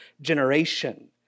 generation